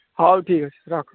ହଉ ଠିକ୍ ଅଛି ରଖ